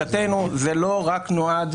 לשיטתנו, זה לא נועד רק